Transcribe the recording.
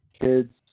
kids